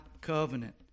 covenant